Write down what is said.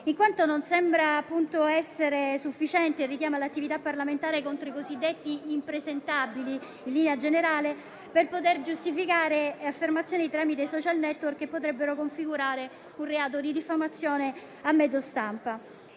Non sembra infatti essere sufficiente il richiamo all'attività parlamentare contro i cosiddetti impresentabili in linea generale per poter giustificare le affermazioni tramite *social network*, che potrebbero configurare un reato di diffamazione a mezzo stampa.